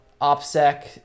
OPSEC